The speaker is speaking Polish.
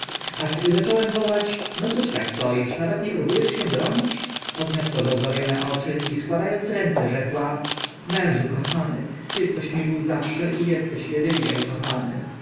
aż gdy zacząłem wołać no cóż tak stoisz nawet nie próbu esz się bronić podniosła załzawione oczy i składa ąc ręce rzekła mężu kochany ty coś mi był zawsze i esteś edynie ukochany